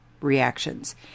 reactions